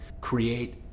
create